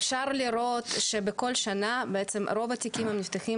אפשר לראות שבכל שנה רוב התיקים נפתחים